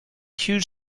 huge